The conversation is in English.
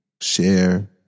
share